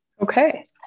okay